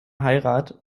heirat